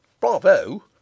bravo